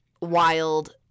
wild